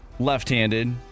Left-handed